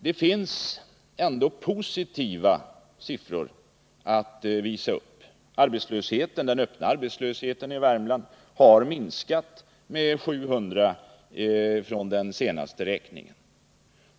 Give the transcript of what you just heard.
Det finns ändå positiva siffror att visa upp. Den öppna arbetslösheten i Värmland har minskat med 700 efter den senaste räkningen.